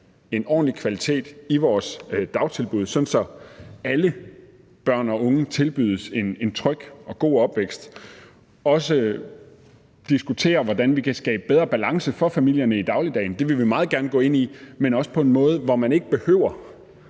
en ordentlig kvalitet i vores dagtilbud, sådan at alle børn og unge tilbydes en tryg og god opvækst, og også en diskussion af, hvordan vi kan skabe en bedre balance for familierne i dagligdagen – det vil vi meget gerne gå ind i – men også på en måde, hvor man ikke behøver